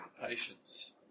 patience